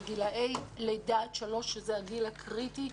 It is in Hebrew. בגילי לידה עד שלוש שזה הגיל הקריטי,